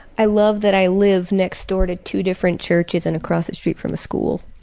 i love that i live next door to two different churches and across the street from a school.